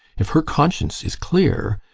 if her conscience is clear,